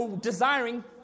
desiring